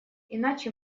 иначе